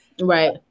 right